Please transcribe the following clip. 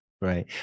Right